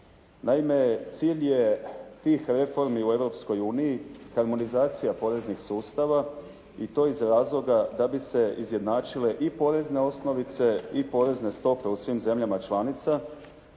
Naime cilj je tih reformi u Europskoj uniji harmonizacija poreznih sustava i to iz razloga da bi se izjednačile i porezne osnovice i porezne stope u svim zemljama članicama